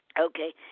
Okay